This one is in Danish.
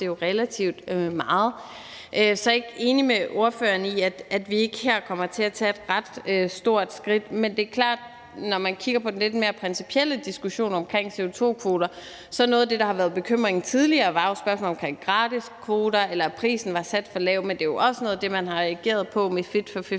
Det er jo relativt meget, så jeg er ikke enig med ordføreren i, at vi ikke her kommer til at tage et ret stort skridt. Men det er klart, at når man kigger på den lidt mere principielle diskussion omkring CO2-kvoter, er noget af det, der har været bekymringen tidligere, jo spørgsmålet om gratiskvoter eller om, hvorvidt prisen var sat for lavt. Men det er jo også noget af det, man har reageret på med Fit for 55,